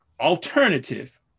alternative